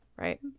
right